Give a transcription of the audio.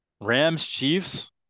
Rams-Chiefs